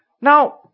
Now